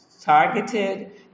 targeted